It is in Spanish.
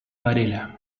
varela